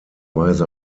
weise